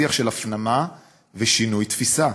שיח של הפנמה ושינוי תפיסה.